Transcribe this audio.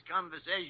conversation